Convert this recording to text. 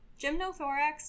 Gymnothorax